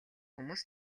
хүмүүс